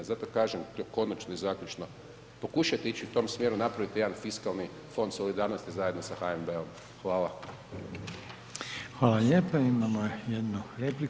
Zato kažem, to konačno i zaključno pokušajte ići u tom smjeru napravite jedan fiskalni fond solidarnosti zajedno sa HNB-om.